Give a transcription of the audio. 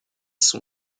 son